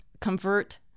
convert